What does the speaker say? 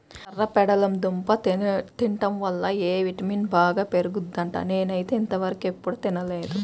కర్రపెండలం దుంప తింటం వల్ల ఎ విటమిన్ బాగా పెరుగుద్దంట, నేనైతే ఇంతవరకెప్పుడు తినలేదు